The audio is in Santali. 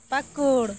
ᱯᱟᱠᱩᱲ